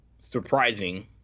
surprising